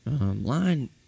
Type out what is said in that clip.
line